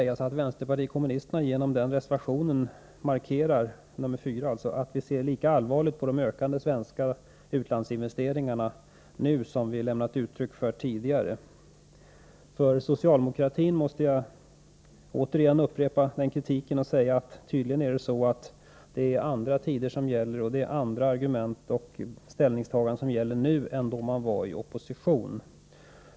Genom reservation 4 markerar vi från vänsterpartiet kommunisterna att vi i dag ser lika allvarligt på de ökande svenska utlandsinvesteringarna som vi tidigare gett uttryck för. När det gäller socialdemokratin måste jag återigen upprepa min kritik. Tydligen är det nu andra tider. Tydligen gäller nu andra argument och ställningstaganden än då man var i opposition.